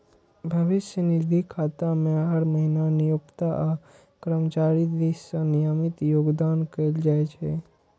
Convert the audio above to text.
भविष्य निधि खाता मे हर महीना नियोक्ता आ कर्मचारी दिस सं नियमित योगदान कैल जाइ छै